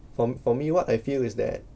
for for me what I feel is that